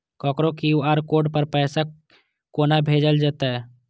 ककरो QR code पर पैसा कोना भेजल जेतै?